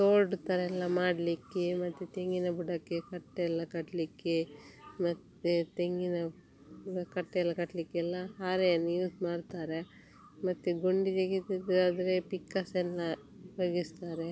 ತೋಡು ಥರಯೆಲ್ಲ ಮಾಡಲಿಕ್ಕೆ ಮತ್ತು ತೆಂಗಿನ ಬುಡಕ್ಕೆ ಕಟ್ಟೆಯೆಲ್ಲ ಕಟ್ಟಲಿಕ್ಕೆ ಮತ್ತು ತೆಂಗಿನ ಬುಡಕ್ಕೆ ಕಟ್ಟೆಯೆಲ್ಲ ಕಟ್ಟಲಿಕ್ಕೆಲ್ಲ ಹಾರೆಯನ್ನು ಯೂಸ್ ಮಾಡ್ತಾರೆ ಮತ್ತು ಗುಂಡಿ ತೆಗೆಯುವುದಾದ್ರೆ ಪಿಕಾಸೆಲ್ಲ ಉಪಯೋಗಿಸ್ತಾರೆ